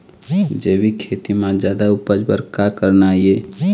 जैविक खेती म जादा उपज बर का करना ये?